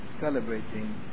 celebrating